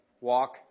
Walk